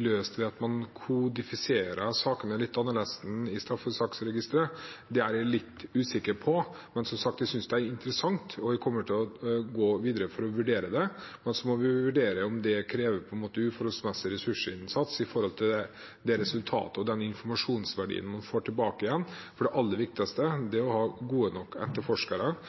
løses ved å kodifisere sakene litt annerledes i straffesakregisteret, er jeg litt usikker på. Men som sagt, jeg synes det er interessant og jeg kommer til å gå videre for å vurdere det. Så må vi vurdere om det krever en uforholdsmessig stor ressursinnsats i forhold til det resultatet og den informasjonsverdien man får tilbake igjen. Det aller viktigste er å ha gode nok